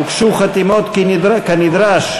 הוגשו חתימות כנדרש.